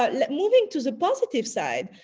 ah like moving to the positive side,